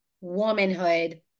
womanhood